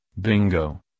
Bingo